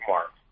Mark